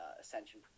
Ascension